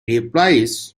replies